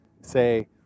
Say